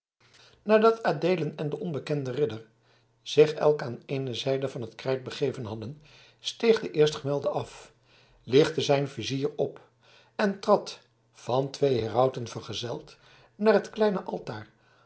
nadat adeelen en de onbekende ridder zich elk aan eene zijde van het krijt begeven hadden steeg eerstgemelde af lichtte zijn vizier op en trad van twee herauten vergezeld naar een klein altaar